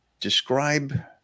Describe